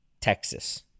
Texas